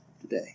today